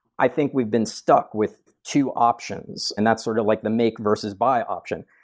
i think we've been stuck with two options, and that's sort of like the make versus buy option.